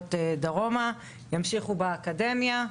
שעוברות דרומה, ימשיכו באקדמיה,